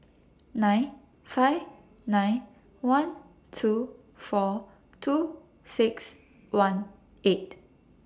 nine five nine one two four two six one eight